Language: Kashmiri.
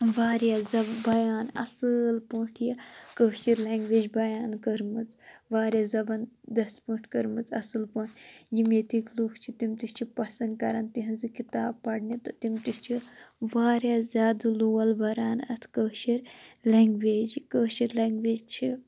وارِیاہ زَبان بَیان اَصٕل پٲٹھۍ یہٕ کٲشُر لنٛگویج بَیان کٔرمٕژ وارِیاہ زَبَندس پٲٹھۍ کٔرمٕژ اَصٕل پٲٹھۍ یِم ییٚتک لُکھ چھ تِم تہِ چھِ پَسَنٛد کَران تِہنٛز کِتابہٕ پَرنہِ تہٕ تِم تہِ چھِ وارِیاہ زیادٕ لول بَران اَتھ کٲشِر لنٛگویج کٲشِر لنٛگویج چھِ